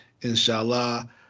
inshallah